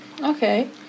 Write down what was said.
Okay